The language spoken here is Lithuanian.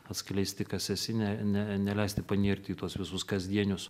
atskleisti kas esi ne ne neleisti panirti į tuos visus kasdienius